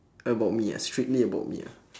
about me ah strictly about me ah